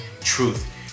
truth